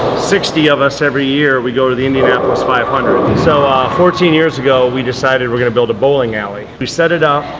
sixty of us every year we go to the indianapolis five hundred so ah fourteen years ago we decided we're going to build a bowling alley we set it up,